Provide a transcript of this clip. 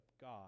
God